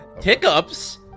Hiccups